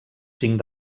cinc